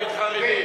נגד חרדים,